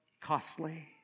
costly